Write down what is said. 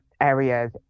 Areas